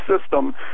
system